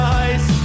eyes